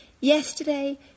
yesterday